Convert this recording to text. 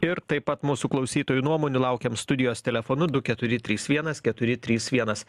ir taip pat mūsų klausytojų nuomonių laukiam studijos telefonu du keturi trys vienas keturi trys vienas